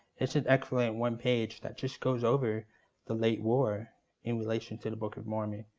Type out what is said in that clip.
it's an excellent one page that just goes over the late war in relation to the book of mormon,